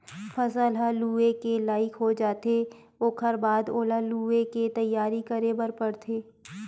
फसल ह लूए के लइक हो जाथे ओखर बाद ओला लुवे के तइयारी करे बर परथे